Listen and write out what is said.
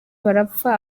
barapfa